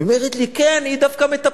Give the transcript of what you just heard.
היא אומרת לי: כן, היא דווקא מטפלת.